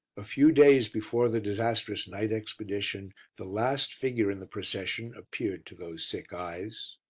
a few days before the disastrous night expedition the last figure in the procession appeared to those sick eyes.